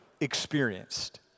experienced